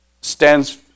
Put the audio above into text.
stands